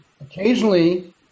occasionally